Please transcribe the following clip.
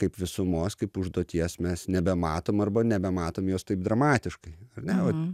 kaip visumos kaip užduoties mes nebematom arba nebematom jos taip dramatiškai ar ne vat